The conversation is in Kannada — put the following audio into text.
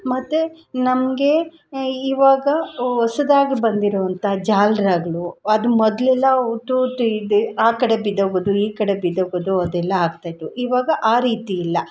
ಮತ್ತು ನಮಗೆ ಇವಾಗ ಹೊಸದಾಗಿ ಬಂದಿರುವಂಥ ಜಾಲ್ರಾಗಳು ಅದು ಮೊದಲೆಲ್ಲ ಅವು ತೂತು ಇದೆ ಆ ಕಡೆ ಬಿದ್ದೋಗೊದು ಈ ಕಡೆ ಬಿದ್ದೋಗೊದು ಅದೆಲ್ಲ ಆಗ್ತಾಯಿತ್ತು ಇವಾಗ ಆ ರೀತಿಯಿಲ್ಲ